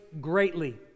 greatly